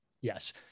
Yes